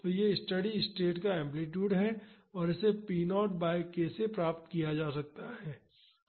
तो यह steady state का एम्पलीटूड है और इसे p 0 बाई k से प्राप्त किया जा सकता है